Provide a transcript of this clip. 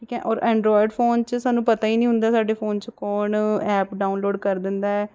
ਠੀਕ ਹੈ ਔਰ ਐਂਡਰੋਇਡ ਫੋਨ 'ਚ ਸਾਨੂੰ ਪਤਾ ਹੀ ਨਹੀਂ ਹੁੰਦਾ ਸਾਡੇ ਫੋਨ 'ਚ ਕੌਣ ਐਪ ਡਾਊਨਲੋਡ ਕਰ ਦਿੰਦਾ